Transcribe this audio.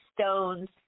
stones